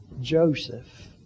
Joseph